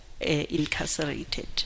incarcerated